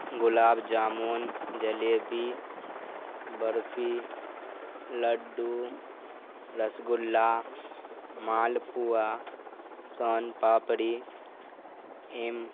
gulab jamun jalebi barfi laddu rasgulla malpua son papdi M